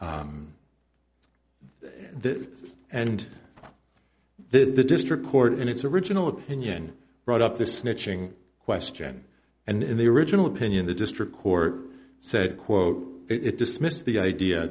this and then the district court in its original opinion brought up the snitching question and in the original opinion the district court said quote it dismissed the idea